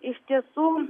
iš tiesų